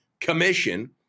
commission